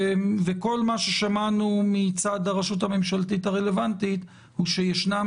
כל מה ששמענו מצד הרשות הממשלתית הרלוונטית הוא שישנם